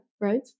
right